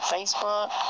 Facebook